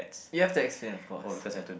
you have to explain of course ya